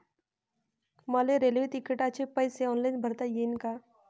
मले रेल्वे तिकिटाचे पैसे ऑनलाईन भरता येईन का?